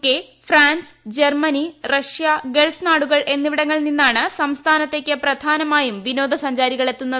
K France Germany Russia Gulf നാടുകൾ എന്നിവിടങ്ങളിൽ നിന്നാണ് സംസ്ഥാനത്തേക്ക് പ്രധാനമായും വിനോദസഞ്ചാരികൾ എത്തുന്നത്